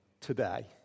today